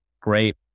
great